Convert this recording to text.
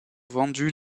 vendues